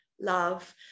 love